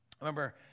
remember